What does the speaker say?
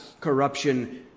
corruption